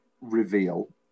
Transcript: reveal